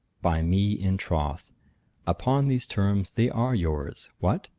by me, in troth upon these terms, they are yours. what!